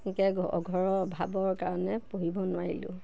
একে ঘৰৰ অভাৱৰ কাৰণে পঢ়িব নোৱাৰিলোঁ